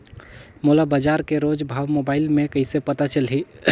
मोला बजार के रोज भाव मोबाइल मे कइसे पता चलही?